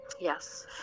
Yes